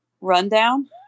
rundown